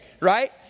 right